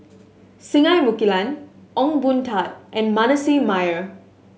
Singai Mukilan Ong Boon Tat and Manasseh Meyer